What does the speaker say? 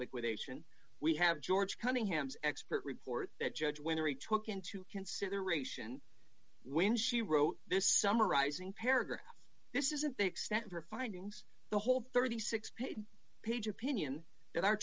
liquidation we have george cunningham's expert report that judge wintery took into consideration when she wrote this summarizing paragraph this isn't the extent of her findings the whole thirty six page page opinion that our